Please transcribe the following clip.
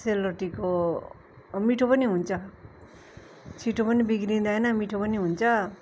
सेलरोटीको मिठो पनि हुन्छ छिटो पनि बिग्रिँदैन मिठो पनि हुन्छ